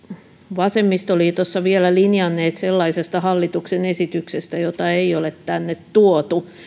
vasemmistoliitossa vielä linjanneet sellaisesta hallituksen esityksestä jota ei ole tänne tuotu